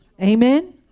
Amen